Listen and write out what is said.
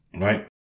right